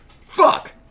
Fuck